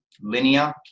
linear